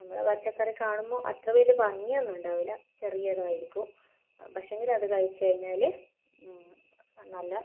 നമ്മളെ പച്ചക്കറി കാണുമ്പോൾ അത്ര വലിയ ഭംഗിയൊന്നും ഉണ്ടാകില്ല ചെറിയതായിരിക്കും പക്ഷേങ്കിൽ അത് കഴിച്ചു കഴിഞ്ഞാൽ ആ നല്ല